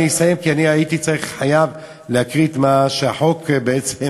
אני אסיים כי הייתי חייב להקריא את מה שהחוק בעצם,